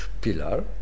pillar